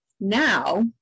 now